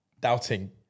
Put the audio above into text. doubting